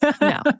No